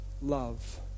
love